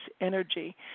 energy